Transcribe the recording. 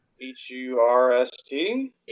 H-U-R-S-T